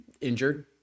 injured